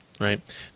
Right